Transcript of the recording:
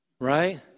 right